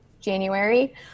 January